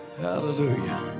Hallelujah